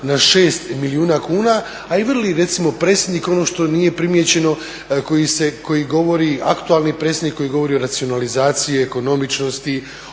na 6 milijuna kuna. a i vrli recimo predsjednik ono što nije primijećeno koji govori, aktualni predsjednik koji govori o racionalizaciji, ekonomičnosti,